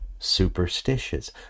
Superstitious